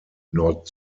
nord